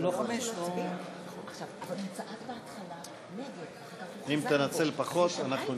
אם תנצל פחות, נשמח.